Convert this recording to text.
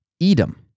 Edom